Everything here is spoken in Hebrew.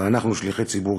אבל אנחנו שליחי ציבור,